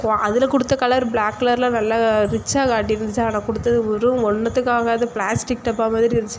குவா அதில் கொடுத்த கலர் ப்ளாக் கலரில் நல்லா ரிச்சாக காட்டிருந்துச்சு ஆனால் கொடுத்தது வெறும் ஒன்றுத்துக்கும் ஆகாத பிளாஸ்டிக் டப்பா மாதிரி இருந்துச்சு